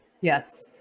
Yes